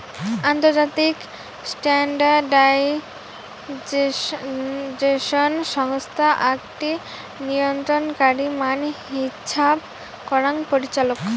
আন্তর্জাতিক স্ট্যান্ডার্ডাইজেশন সংস্থা আকটি নিয়ন্ত্রণকারী মান হিছাব করাং পরিচালক